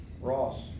Ross